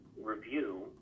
review